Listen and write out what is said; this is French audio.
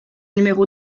numéro